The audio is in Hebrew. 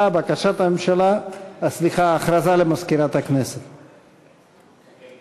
בעד, אין מתנגדים, אין